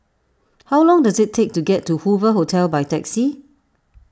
how long does it take to get to Hoover Hotel by taxi